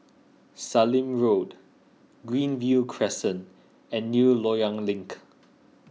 Sallim Road Greenview Crescent and New Loyang Link